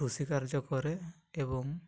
କୃଷିକାର୍ଯ୍ୟ କରେ ଏବଂ